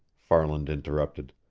farland interrupted.